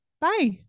bye